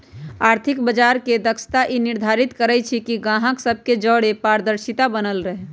आर्थिक बजार के दक्षता ई निर्धारित करइ छइ कि गाहक सभ के जओरे पारदर्शिता बनल रहे